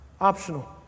optional